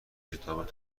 کتاب